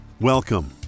Welcome